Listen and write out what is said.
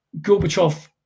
Gorbachev